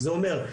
זה אומר,